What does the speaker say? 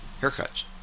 haircuts